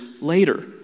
later